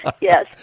Yes